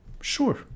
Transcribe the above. sure